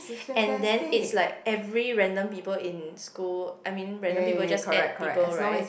and then it's like every random people in school I mean random people just add people right